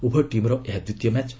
ଉଭୟ ଟିମ୍ର ଏହା ଦ୍ୱିତୀୟ ମ୍ୟାଚ୍